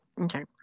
Okay